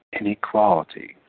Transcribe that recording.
inequality